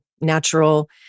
natural